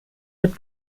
mit